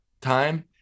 time